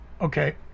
Okay